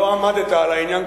אולי בכל זאת לא עמדת על העניין,